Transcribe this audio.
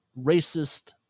racist